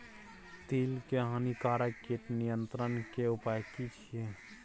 तिल के हानिकारक कीट नियंत्रण के उपाय की छिये?